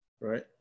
Right